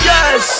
Yes